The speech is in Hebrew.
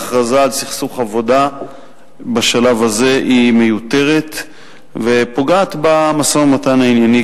ההכרזה על סכסוך עבודה בשלב הזה היא מיותרת ופוגעת במשא-ומתן הענייני,